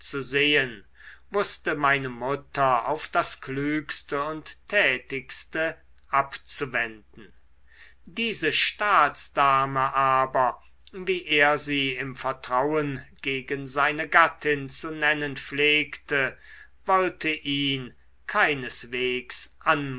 zu sehen wußte meine mutter auf das klügste und tätigste abzuwenden diese staatsdame aber wie er sie im vertrauen gegen seine gattin zu nennen pflegte wollte ihn keineswegs